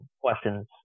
questions